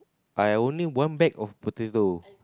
I only one bag of potato